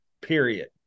period